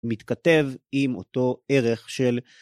מתכתב עם אותו ערך של...